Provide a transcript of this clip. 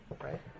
right